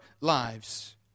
lives